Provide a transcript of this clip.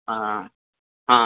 हँ हँ